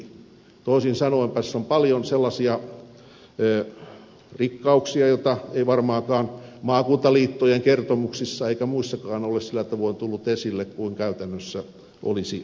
toisin sanoen tässä on paljon sellaisia rikkauksia joita ei varmaankaan maakuntaliittojen kertomuksissa eikä muissakaan ole sillä tavoin tullut esille kuin käytännössä olisi pitänyt